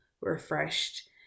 refreshed